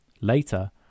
Later